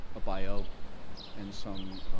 a bio and some